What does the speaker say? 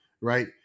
right